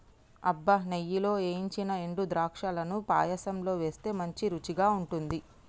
అబ్బ నెయ్యిలో ఏయించిన ఎండు ద్రాక్షలను పాయసంలో వేస్తే మంచి రుచిగా ఉంటుంది